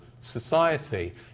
society